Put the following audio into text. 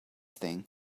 thing